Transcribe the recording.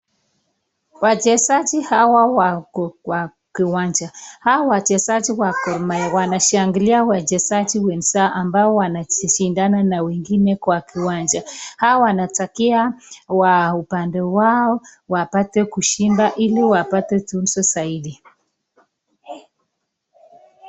Wachezaji hawa wako Kwa kiwanja hawa wachezaji wa Gor mahia wanashangilia wachezaji wenzao ambao wanashindana na wengine kwa kiwanja hawa wanatakia upande wao wapate kushinda hili wapate tunzo zaidi.